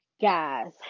guys